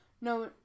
No